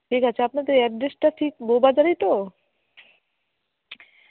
ঠিক আছে আপনাদের অ্যাড্রেসটা ঠিক বউবাজারেই তো